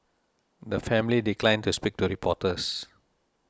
the family declined to speak to reporters